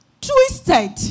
twisted